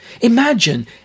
Imagine